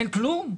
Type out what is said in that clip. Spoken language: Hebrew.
אין כלום?